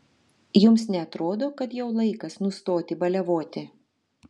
jums neatrodo kad jau laikas nustoti baliavoti